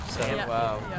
Wow